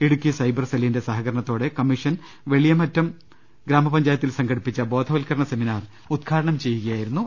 ഇടുക്കി സൈബർസെല്ലിന്റെ സഹകരണത്തോടെ കമ്മീഷൻ വെള്ളിയമാറ്റം ഗ്രാമപഞ്ചായത്തിൽ സംഘ ടിപ്പിച്ച ബോധവത്ക്കരണ സെമിനാർ ഉദ്ഘാടനം ചെയ്യുകയായിരുന്നു അ വർ